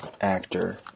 Actor